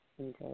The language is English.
Okay